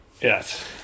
Yes